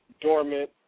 dormant